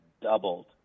doubled